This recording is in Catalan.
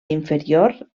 inferior